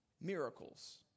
miracles